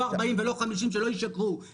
לא 40 ולא 50 שלא ישקרו,